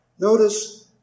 Notice